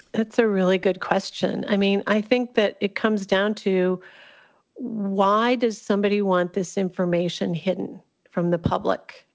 that's a really good question. i mean, i think that it comes down to why does somebody want this information hidden from the public?